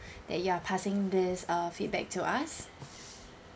that you are passing this uh feedback to us